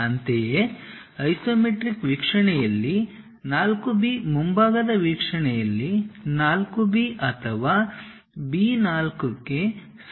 ಅಂತೆಯೇ ಐಸೊಮೆಟ್ರಿಕ್ ವೀಕ್ಷಣೆಯಲ್ಲಿ 4 B ಮುಂಭಾಗದ ವೀಕ್ಷಣೆಯಲ್ಲಿ 4 B ಅಥವಾ B 4 ಗೆ ಸಮಾನವಾಗಿರುತ್ತದೆ